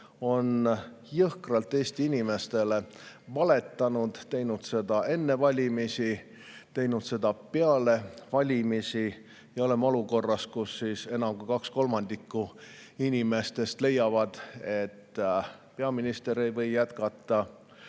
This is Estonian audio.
on jõhkralt Eesti inimestele valetanud, teinud seda enne valimisi, teinud seda peale valimisi. Me oleme olukorras, kus enam kui kaks kolmandikku inimestest leiab, et peaminister ei või jätkata,